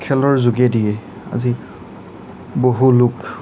খেলৰ যোগেদিয়ে আজি বহু লোক